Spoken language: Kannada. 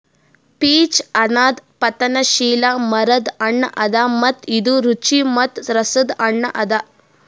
ಪೀಚ್ ಅನದ್ ಪತನಶೀಲ ಮರದ್ ಹಣ್ಣ ಅದಾ ಮತ್ತ ಇದು ರುಚಿ ಮತ್ತ ರಸದ್ ಹಣ್ಣ ಅದಾ